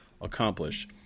accomplish